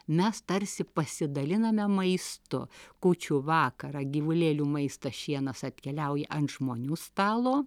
mes tarsi pasidaliname maistu kūčių vakarą gyvulėlių maistas šienas atkeliauja ant žmonių stalo